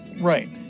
right